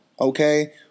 Okay